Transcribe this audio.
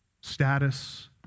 status